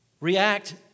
react